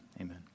Amen